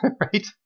right